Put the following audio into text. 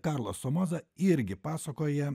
karlas somoza irgi pasakoja